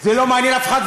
זה לא מעניין אף אחד,